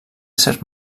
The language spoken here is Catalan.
serp